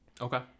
Okay